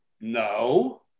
No